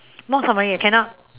not summary ah cannot